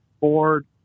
board